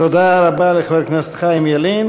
תודה רבה לחבר הכנסת חיים ילין.